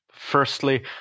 Firstly